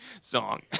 song